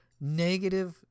Negative